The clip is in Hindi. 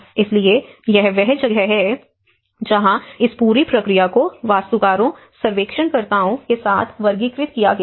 इसलिए यह वह जगह है जहाँ इस पूरी प्रक्रिया को वास्तुकारों सर्वेक्षणकर्ताओं के साथ वर्गीकृत किया गया है